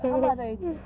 他们还在一起